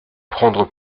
prendre